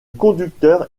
conducteur